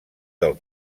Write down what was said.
del